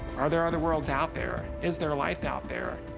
are there other worlds out there? is there life out there?